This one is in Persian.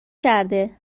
کرده